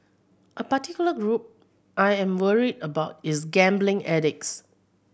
a particular group I am worried about is gambling addicts